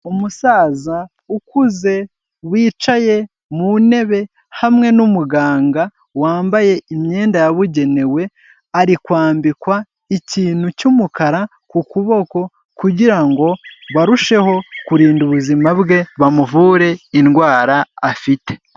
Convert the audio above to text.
Umusaza ukuze wicaye mu ntebe hamwe n'umuganga wambaye imyenda yabugenewe, ari kwambikwa ikintu cy'umukara ku kuboko kugira ngo barusheho kurinda ubuzima bwe, bamuvure indwara afite.